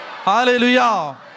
Hallelujah